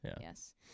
Yes